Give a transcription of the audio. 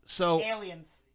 aliens